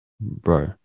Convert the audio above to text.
Bro